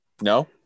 No